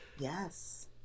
Yes